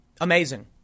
Amazing